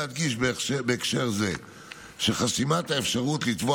בהקשר זה חשוב להדגיש שחסימת האפשרות לתבוע